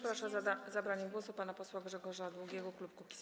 Proszę o zabranie głosu pana posła Grzegorza Długiego, klub Kukiz’15.